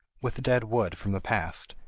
with dead wood from the past,